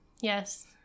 Yes